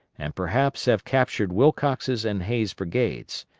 and perhaps have captured wilcox's and hays' brigades.